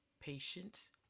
patience